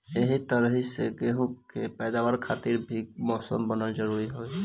एही तरही गेंहू के पैदावार खातिर भी मौसम बनल जरुरी हवे